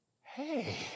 hey